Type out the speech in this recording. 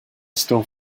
still